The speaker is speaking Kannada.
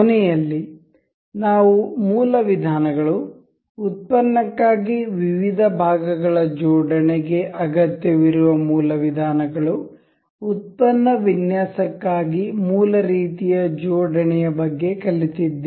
ಕೊನೆಯಲ್ಲಿ ನಾವು ಮೂಲ ವಿಧಾನಗಳು ಉತ್ಪನ್ನಕ್ಕಾಗಿ ವಿವಿಧ ಭಾಗಗಳ ಜೋಡಣೆ ಗೆ ಅಗತ್ಯವಿರುವ ಮೂಲ ವಿಧಾನಗಳು ಉತ್ಪನ್ನ ವಿನ್ಯಾಸಕ್ಕಾಗಿ ಮೂಲ ರೀತಿಯ ಜೋಡಣೆಯ ಬಗ್ಗೆ ಕಲಿತಿದ್ದೇವೆ